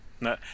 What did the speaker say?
No